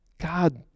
God